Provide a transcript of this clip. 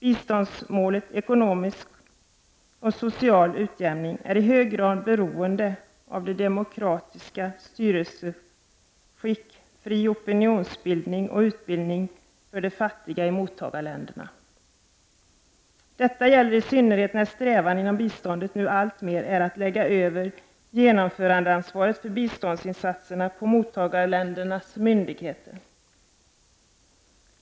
Biståndsmålet ekonomisk och social utjämning är i hög grad beroende av ett demokratiskt styresskick, fri opinionsbildning och utbildning för de fattiga i mottagarländerna. Detta gäller i synnerhet när strävan inom biståndet nu alltmer är att lägga över genomförandeansvaret för biståndsinsatserna på mottagarländernas myndigheter.